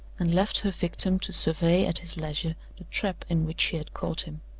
and left her victim to survey at his leisure the trap in which she had caught him.